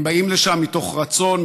הם באים לשם מתוך רצון,